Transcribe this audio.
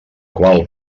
qual